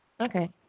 Okay